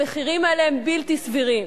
המחירים האלה הם בלתי סבירים.